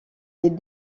les